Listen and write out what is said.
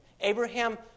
Abraham